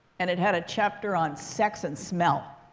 and it had a chapter on sex and smell.